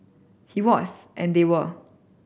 he was and they were